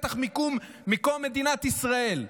בטח מקום מדינת ישראל,